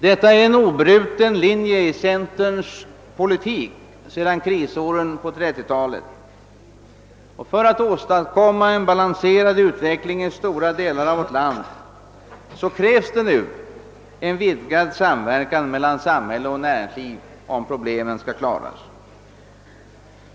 Detta har varit en obruten linje i centerpolitiken sedan krisåren på 1930 talet. För att åstadkomma en balanserad utveckling i stora delar av vårt land krävs nu en vidgad samverkan mellan samhälle och näringsliv om problemen skall klaras.